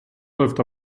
läuft